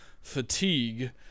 fatigue